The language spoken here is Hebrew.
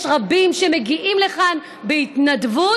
יש רבים שמגיעים לכאן בהתנדבות,